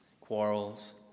quarrels